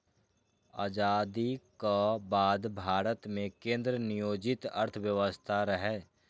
आजादीक बाद भारत मे केंद्र नियोजित अर्थव्यवस्था रहै